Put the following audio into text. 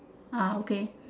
ah okay